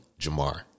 Jamar